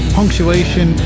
punctuation